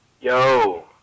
Yo